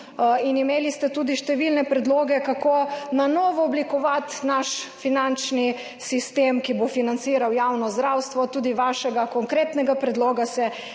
Imeli ste tudi številne predloge, kako na novo oblikovati naš finančni sistem, ki bo financiral javno zdravstvo. Tudi vašega konkretnega predloga se